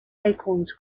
acorns